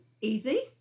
easy